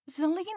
Zelina